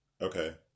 Okay